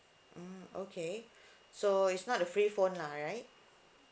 mm okay so it's not a free phone lah right